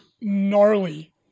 gnarly